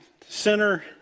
center